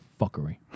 fuckery